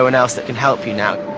ah and else that can help you now.